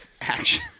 Action